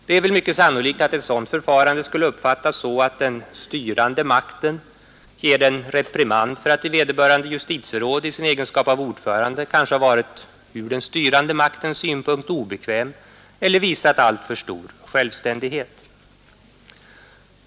Det är mycket sannolikt att ett sådant förfarande skulle uppfattas så, att den styrande makten ger en reprimand för att vederbörande justitieråd i sin egenskap av ordförande kanske har varit ur den styrande maktens synpunkt obekväm eller visat alltför stor självständighet.